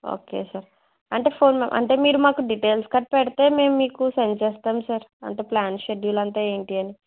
okay sir అంటే four అంటే మీరు మాకు డీటెయిల్స్ గట్టా పెడితే మేము మీకు సెండ్ చేస్తాము సార్ అంతా ప్లాన్ షెడ్యూల్ అంతా ఏంటి అని